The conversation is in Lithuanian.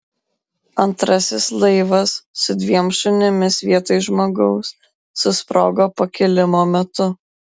antrasis laivas su dviem šunimis vietoj žmogaus susprogo pakilimo metu